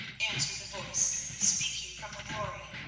answered the voice speaking from the glory.